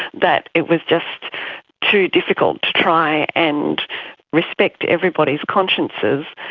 that it was just too difficult to try and respect everybody's consciences.